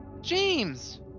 James